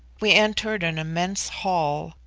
we entered an immense hall,